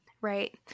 Right